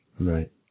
Right